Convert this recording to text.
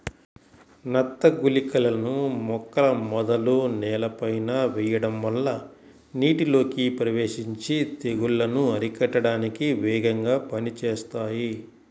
నత్త గుళికలని మొక్కల మొదలు నేలపైన వెయ్యడం వల్ల నీటిలోకి ప్రవేశించి తెగుల్లను అరికట్టడానికి వేగంగా పనిజేత్తాయి